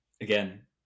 again